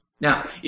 Now